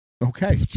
Okay